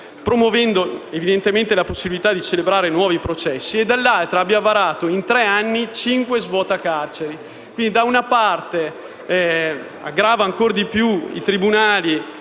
promuovendo evidentemente la possibilità di celebrare nuovi processi, e dall'altra abbia varato, in tre anni, cinque provvedimenti svuota carceri. Quindi da una parte aggrava ancor di più i tribunali